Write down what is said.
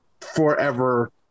forever